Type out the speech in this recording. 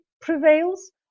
prevails